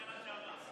בשנה שעברה.